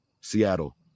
Seattle